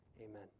Amen